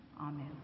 Amen